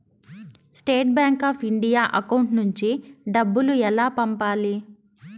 State Bank of India account నుంచి డబ్బులు ఎలా పంపాలి?